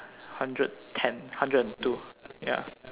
hundred ten hundred and two ya